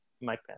Mike